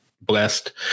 Blessed